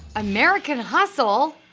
american hustle?